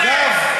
אגב,